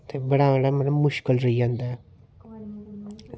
ते बनाना बड़ा मुश्कल च जंदा ऐ